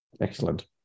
Excellent